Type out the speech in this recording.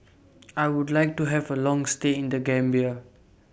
I Would like to Have A Long stay in The Gambia